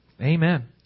Amen